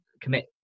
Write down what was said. commit